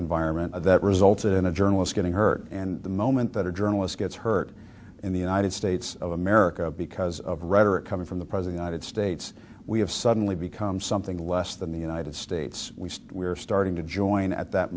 environment that resulted in a journalist getting hurt and the moment that a journalist gets hurt in the united states of america because of rhetoric coming from the president ited states we have suddenly become something less than the united states we we're starting to join at that